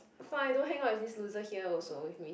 fine don't hang out with this loser here also with me